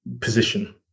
position